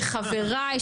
וחבריי,